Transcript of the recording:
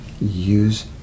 use